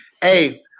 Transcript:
Hey